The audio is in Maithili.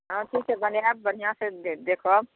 हँ ठीक छै बनायब बढ़िऑं से देखब